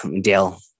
dale